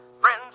Friends